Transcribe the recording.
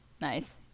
Nice